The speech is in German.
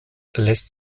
lässt